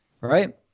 right